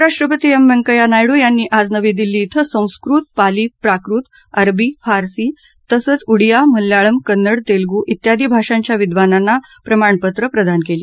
उपराष्ट्रपती एम व्यंकय्या नायडू यांनी आज नवी दिल्ली क्रे संस्कृत पाली प्राकृत अरबी पार्सी तसंच उडिया मल्याळम कन्नड तेलगू ख्यादी भाषांच्या विद्वानांना प्रमाणपत्र प्रदान केली